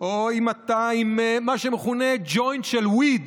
או אם אתה עם מה שמכונה ג'וינט של וויד